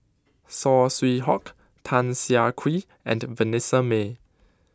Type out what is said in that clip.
Saw Swee Hock Tan Siah Kwee and Vanessa Mae